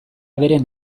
beren